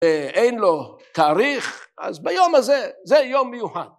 אין לו תאריך, אז ביום הזה זה יום מיוחד.